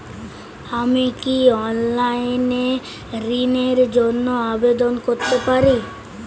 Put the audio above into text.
আমি কি অনলাইন এ ঋণ র জন্য আবেদন করতে পারি?